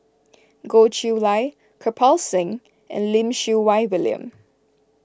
Goh Chiew Lye Kirpal Singh and Lim Siew Wai William